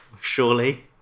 Surely